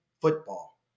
football